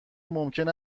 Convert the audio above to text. ممکن